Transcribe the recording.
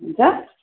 हुन्छ